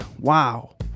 wow